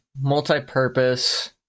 Multi-purpose